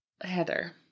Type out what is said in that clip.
Heather